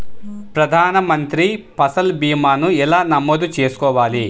ప్రధాన మంత్రి పసల్ భీమాను ఎలా నమోదు చేసుకోవాలి?